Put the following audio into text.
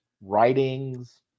writings